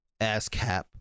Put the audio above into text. ASCAP